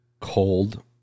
cold